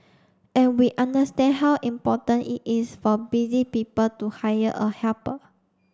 and we understand how important it is for busy people to hire a helper